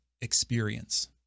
experience